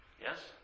Yes